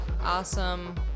Awesome